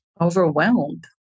Overwhelmed